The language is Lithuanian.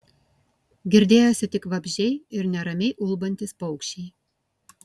girdėjosi tik vabzdžiai ir neramiai ulbantys paukščiai